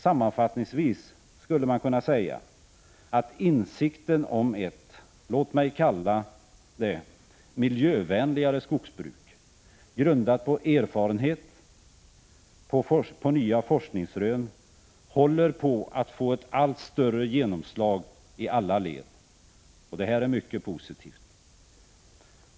Sammanfattningsvis skulle man kunna säga att insikten om ett, låt mig kalla det miljövänligare skogsbruk, grundat på erfarenhet och nya forskningsrön håller på att få ett allt större genomslag i alla led, och det är mycket positivt.